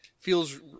feels